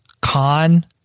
con